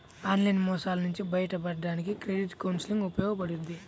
online మోసాల నుంచి బయటపడడానికి క్రెడిట్ కౌన్సిలింగ్ ఉపయోగపడుద్ది